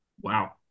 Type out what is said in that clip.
Wow